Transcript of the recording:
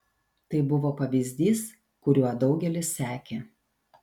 tai buvo pavyzdys kuriuo daugelis sekė